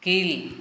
கீழ்